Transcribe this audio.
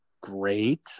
great